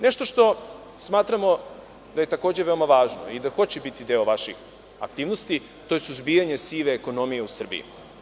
Nešto što smatramo da je veoma važno i da hoće biti deo vaših aktivnosti jeste suzbijanje sive ekonomije u Srbiji.